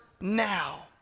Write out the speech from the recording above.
now